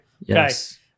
Yes